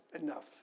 enough